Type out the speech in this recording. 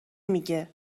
میگه